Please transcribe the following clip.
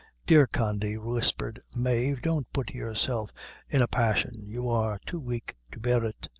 dear condy, whispered mave, don't put yourself in a passion you are too weak to bear it.